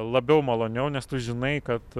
labiau maloniau nes tu žinai kad